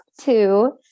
two